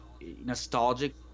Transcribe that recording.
nostalgic